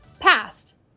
past